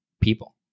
people